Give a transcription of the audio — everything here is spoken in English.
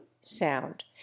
sound